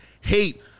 hate